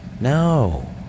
No